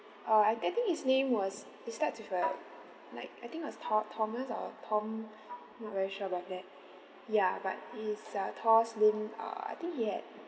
uh I I think his name was it starts with a like I think was tho~ thomas or tom not very sure about that ya but he is uh tall slim err I think he had